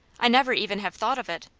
i never even have thought of it,